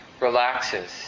relaxes